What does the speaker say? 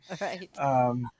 right